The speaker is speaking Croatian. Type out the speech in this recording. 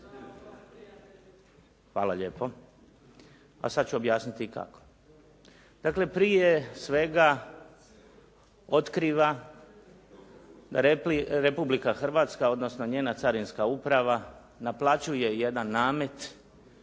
Hvala lijepo. A sad ću objasniti i kako. Dakle, prije svega otkriva Republika Hrvatska, odnosno njena Carinska uprava, naplaćuje jedan namet